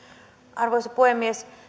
arvoisa puhemies